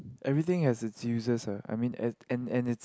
everything has its uses ah I mean and and and it's